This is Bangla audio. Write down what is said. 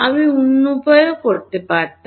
আমি অন্য উপায়েও করতে পারতাম